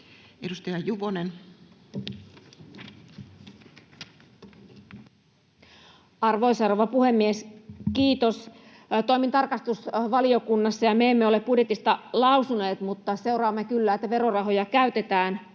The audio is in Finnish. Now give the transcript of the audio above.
Edustaja Juvonen. Arvoisa rouva puhemies, kiitos! Toimin tarkastusvaliokunnassa, ja me emme ole budjetista lausuneet, mutta seuraamme kyllä, että verorahoja käytetään